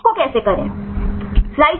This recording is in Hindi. उसको कैसे करे